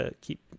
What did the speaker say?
keep